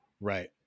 Right